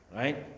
right